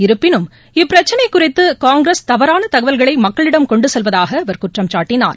இருப்பினும் இப்பிரச்சினை குறித்து காங்கிரஸ் தவறான தகவல்களை மக்களிடம் கொண்டு செல்வதாக அவர் குற்றம் சாட்டினார்